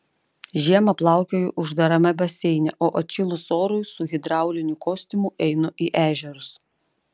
žiemą plaukioju uždarame baseine o atšilus orui su hidrauliniu kostiumu einu į ežerus